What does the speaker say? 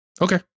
Okay